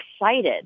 excited